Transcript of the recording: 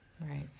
right